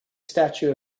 statue